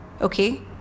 Okay